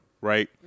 right